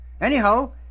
Anyhow